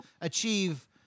achieve